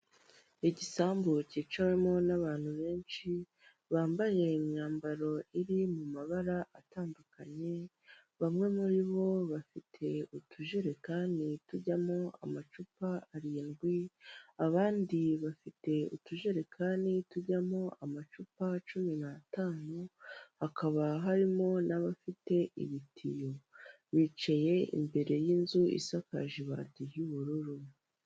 Igisambu cyicawemo n'abantu benshi, bambaye imyambaro iri mu mabara atandukanye, bamwe muri bo bafite utujerekani tujyamo amacupa arindwi, abandi bafite utujerekani tujyamo amacupa cumi n'atanu, hakaba harimo n'abafite ibitiyo. Bicaye imbere y'inzu isakaje ibati ry'ubururu.